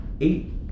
eight